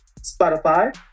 Spotify